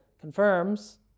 confirms